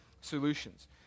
solutions